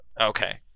Okay